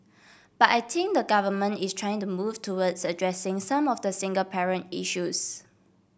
but I think the Government is trying to move towards addressing some of the single parent issues